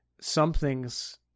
something's